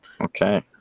Okay